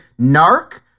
NARC